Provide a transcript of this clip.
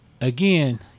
again